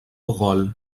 rôle